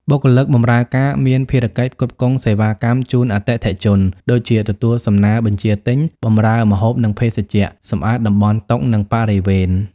បុគ្គលិកបម្រើការ មានភារកិច្ចផ្គត់ផ្គង់សេវាកម្មជូនអតិថិជន ដូចជា ទទួលសំណើបញ្ជាទិញ បម្រើម្ហូប និងភេសជ្ជៈ សម្អាតតំបន់តុ និងបរិវេណ។